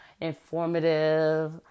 informative